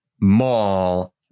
Mall